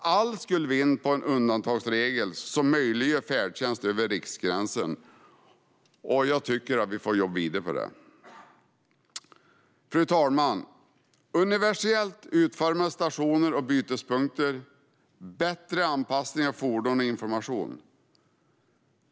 Alla skulle vinna på en undantagsregel som möjliggör att man åker färdtjänst över riksgränsen. Jag tycker att vi får jobba vidare med det. Fru talman! Det handlar om universellt utformade stationer och bytespunkter, om bättre anpassning av fordon och om information.